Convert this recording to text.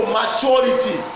maturity